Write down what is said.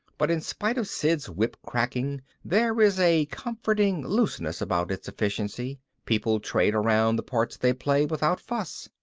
but in spite of sid's whip-cracking there is a comforting looseness about its efficiency people trade around the parts they play without fuss,